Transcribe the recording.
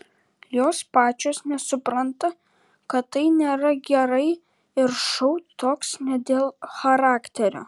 jos pačios nesupranta kad tai nėra gerai ir šou toks ne dėl charakterio